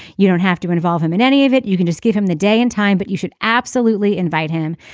you don't have to involve him in any of it. you can just give him the day and time but you should absolutely invite him.